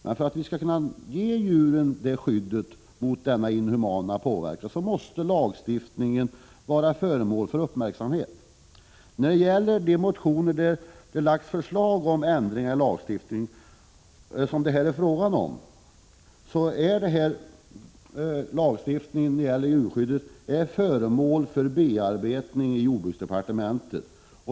Men för att vi skall kunna ge djuren det skyddet mot denna inhumana påverkan, måste lagstiftningen uppmärksammas. I ett antal motioner har det lagts fram förslag om ändringar i djurskyddslagstiftningen. Denna lagstiftning bearbetas för närvarande i jordbruksdepartementet.